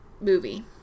movie